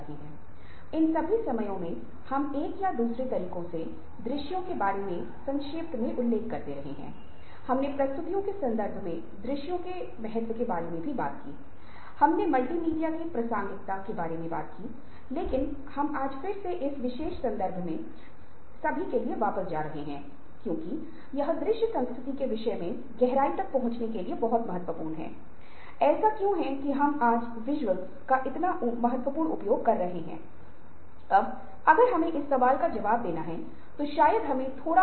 यहां गहन सोच और समस्या को हल करने के बारे में और गहन सोच और समस्या को सुलझाने की प्रक्रिया के बारे में बात करेंगे और आप अपनी गहन सोच और समस्या को सुलझाने में कैसे सुधार कर सकते हैं के बरेमे चर्चा करेंगे